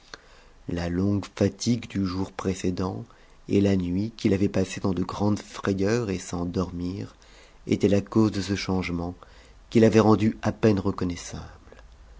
la longue fatigue du jour précédent et la nuit qu'il avait passée dans de grandes frayeurs et sans dormir étaient la cause de ce changement q f wit rendu à peine reconnaissable